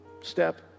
Step